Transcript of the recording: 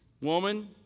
Woman